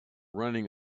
running